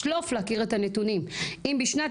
בשלוף להכיר את הנתונים, אם בשנת